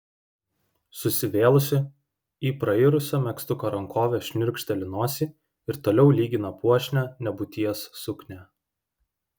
susivėlusi į prairusio megztuko rankovę šniurkšteli nosį ir toliau lygina puošnią nebūties suknią